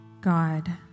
God